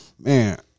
man